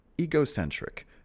egocentric